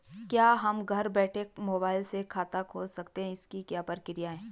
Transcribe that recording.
क्या हम घर बैठे मोबाइल से खाता खोल सकते हैं इसकी क्या प्रक्रिया है?